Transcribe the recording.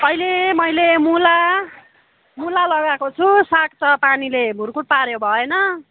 अहिले मैले मुला मुला लगाएको छु साग त पानीले भुर्कुट पाऱ्यो भएन